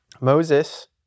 Moses